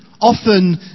often